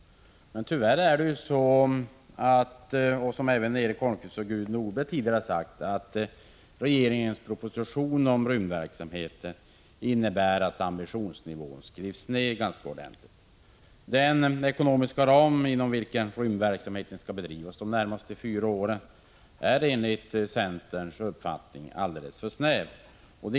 Som Erik Holmkvist och Gudrun Norberg tidigare har sagt, innebär regeringens proposition om rymdverksamheten tyvärr att ambitionsnivån skrivs ned ganska ordentligt. Den ekonomiska ram inom vilken rymdverksamheten skall bedrivas de närmaste fyra åren är enligt centerns uppfattning för snäv.